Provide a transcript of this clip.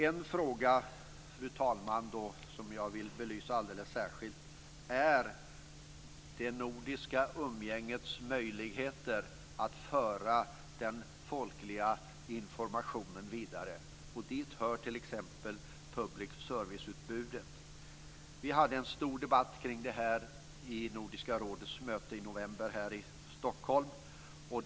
En fråga, fru talman, som jag vill belysa alldeles särskilt är det nordiska umgängets möjligheter att föra den folkliga informationen vidare. Dit hör t.ex. public service-utbudet. Vi hade en stor debatt om detta vid Nordiska rådets möte i november här i Stockholm.